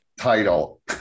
title